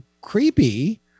creepy